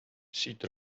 siit